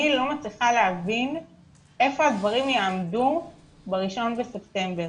אני לא מצליחה להבין איפה הדברים יעמדו ב-1 בספטמבר,